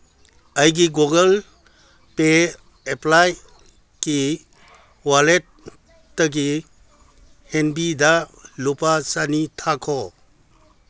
ꯑꯩꯒꯤ Google pay ꯑꯦꯄ꯭ꯂꯥꯏꯀꯤ ꯋꯥꯂꯦꯠꯇꯒꯤ ꯍꯦꯟꯕꯤꯗ ꯂꯨꯄꯥ ꯆꯅꯤ ꯊꯥꯈꯣ